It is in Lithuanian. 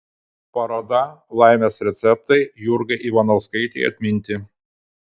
paroda laimės receptai jurgai ivanauskaitei atminti